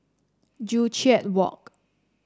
Joo Chiat Walk